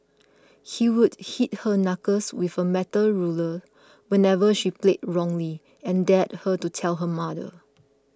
he would hit her knuckles with a metal ruler whenever she played wrongly and dared her to tell her mother